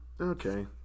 Okay